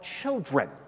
children